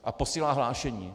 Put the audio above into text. A posílá hlášení.